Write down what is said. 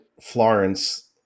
Florence